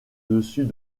dessus